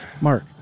Mark